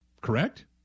Correct